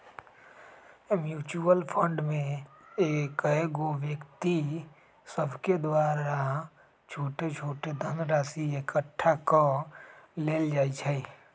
mutual fund में कएगो व्यक्ति सभके द्वारा छोट छोट धनराशि एकठ्ठा क लेल जाइ छइ